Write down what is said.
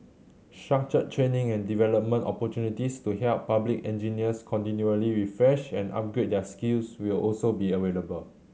structured training and development opportunities to help public engineers continually refresh and upgrade their skills will also be available